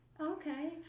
Okay